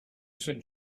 said